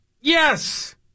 Yes